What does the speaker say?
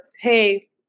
hey